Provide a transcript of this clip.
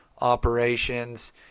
operations